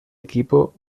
equipo